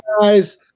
guys